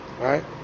Right